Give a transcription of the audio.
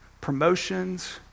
promotions